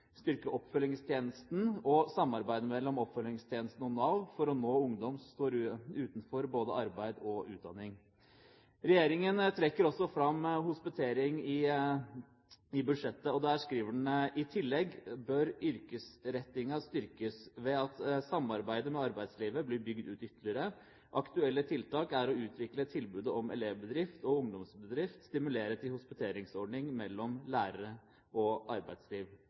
oppfølgingstjenesten og samarbeid mellom oppfølgingstjenesten og Nav for å nå ungdom som står utenfor både arbeid og utdanning. Regjeringen trekker også fram hospitering i budsjettet, og der skriver den: «I tillegg bør yrkesrettinga styrkjast ved at samarbeidet med arbeidslivet blir bygd ytterlegare ut. Aktuelle tiltak er å utvide tilbodet om elevbedrift og ungdomsbedrift og stimulere til hospiteringsordningar mellom lærarar og